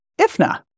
IFNA